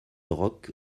rock